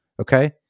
Okay